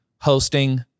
hosting